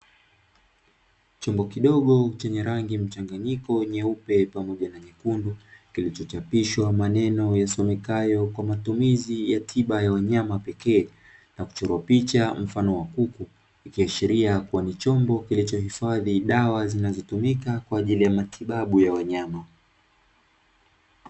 Chungu kidogo chenye rangi mchanganyiko nyeupe pamojaa nnyekundu kilichochapishwa maneno yasomekayo kwa matumizi ya tiba ya wanyama pekee na kuchoro picha mfano wa mfupi ya sheria kwa michombo kilichohifadhi dawa zinazotumika kwa ajili ya matibabu ya wanyama